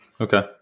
Okay